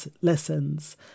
lessons